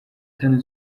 tanu